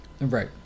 Right